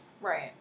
Right